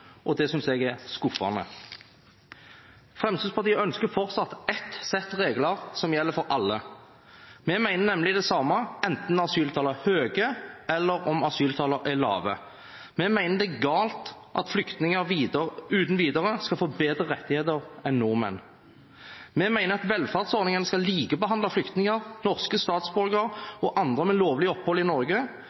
og det synes jeg er skuffende. Fremskrittspartiet ønsker fortsatt ett sett regler som gjelder for alle. Vi mener nemlig det samme enten asyltallene er høye, eller asyltallene er lave. Vi mener det er galt at flyktninger uten videre skal få bedre rettigheter enn nordmenn. Vi mener at velferdsordningene skal likebehandle flyktninger, norske statsborgere og andre med lovlig opphold i Norge,